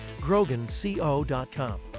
GroganCO.com